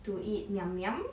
to eat miam miam